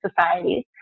societies